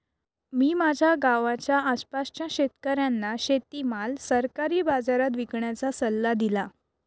मी माझ्या गावाच्या आसपासच्या शेतकऱ्यांना शेतीमाल सरकारी बाजारात विकण्याचा सल्ला दिला